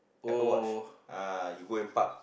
Apple watch ah you go and park